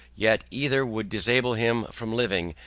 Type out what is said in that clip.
yet either would disable him from living,